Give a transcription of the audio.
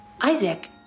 Isaac